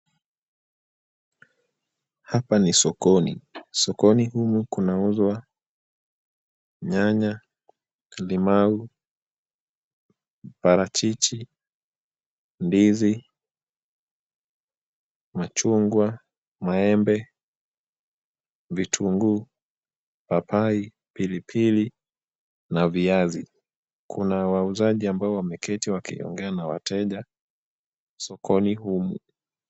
Hapa ni sokoni. Sokoni humu kunauzwa nyanya, limau, mparachichi, ndizi, machungwa, maembe, vitunguu, papai, pilipili na viazi. Kuna wauzaji ambao wameketi wakiongea na wateja sokoni humu.